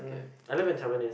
um I live in Tampines